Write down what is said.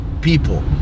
people